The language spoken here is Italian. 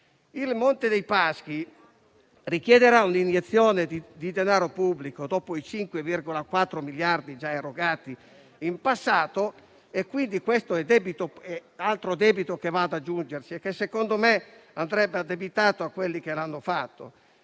Il Monte dei Paschi di Siena richiederà un'iniezione di denaro pubblico, dopo i 5,4 miliardi già erogati in passato; questo è altro debito che va ad aggiungersi, che secondo me dovrebbe essere addebitato a quelli che l'hanno fatto.